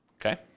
Okay